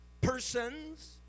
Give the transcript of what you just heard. persons